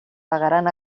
pagaran